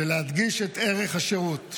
ולהדגיש את ערך השירות,